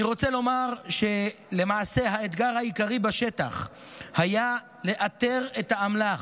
אני רוצה לומר שהאתגר העיקרי בשטח היה לאתר את האמל"ח.